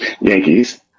Yankees